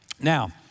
Now